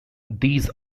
these